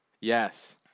Yes